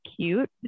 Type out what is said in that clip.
cute